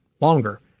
longer